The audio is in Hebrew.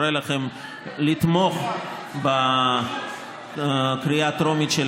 לכם לתמוך בהצעת החוק בקריאה טרומית,